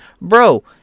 Bro